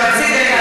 לנסח חוקים?